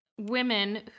women